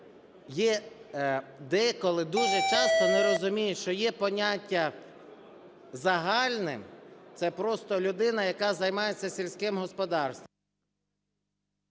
є… деколи, дуже часто не розуміють, що є поняття загальне – це просто людина, яка займається сільським господарством…